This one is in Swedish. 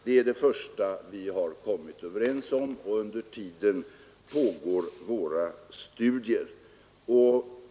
Detta är det första vi kommit överens om. Under tiden pågår våra studier.